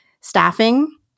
staffing